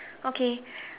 okay